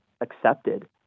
accepted